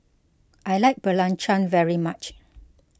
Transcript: I like Belacan very much